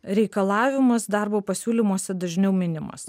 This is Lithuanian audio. reikalavimas darbo pasiūlymuose dažniau minimas